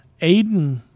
Aiden